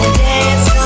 dance